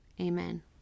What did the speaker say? amen